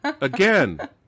again